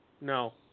No